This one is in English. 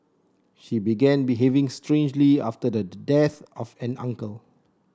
she began behaving strangely after the death of an uncle